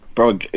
Bro